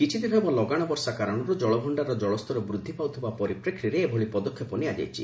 କିଛିଦିନ ହେବ ଲଗାଣ ବର୍ଷା କାରଣରୁ ଜଳଭଣାରର ଜଳସ୍ତର ବୃଦ୍ଧି ପାଉଥିବା ପରିପ୍ରେକ୍ଷୀରେ ଏଭଳି ପଦକ୍ଷେପ ନିଆଯାଇଛି